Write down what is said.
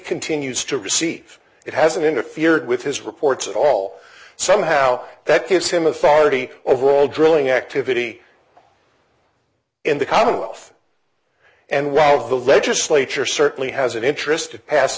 continues to receive it hasn't interfered with his reports at all somehow that gives him a farty overall drilling activity in the commonwealth and while the legislature certainly has an interest to pass